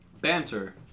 Banter